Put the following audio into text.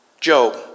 Job